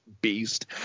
beast